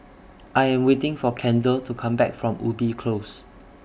I Am waiting For Kendell to Come Back from Ubi Close